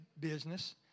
business